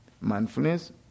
Mindfulness